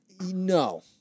no